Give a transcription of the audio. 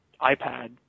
iPad